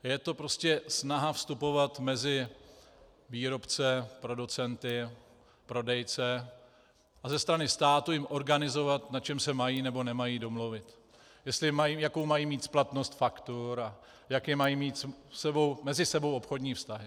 Je to prostě snaha vstupovat mezi výrobce, producenty, prodejce, a ze strany státu jim organizovat, na čem se mají nebo nemají domluvit, jakou mají mít splatnost faktur, jaké mají mít mezi sebou obchodní vztahy.